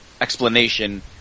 explanation